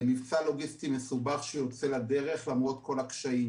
מבצע לוגיסטי מסובך שיוצא לדרך למרות כל הקשיים.